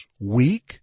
weak